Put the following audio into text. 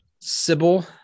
Sybil